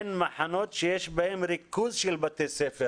שיש בהם ריכוז של בתי ספר.